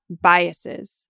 biases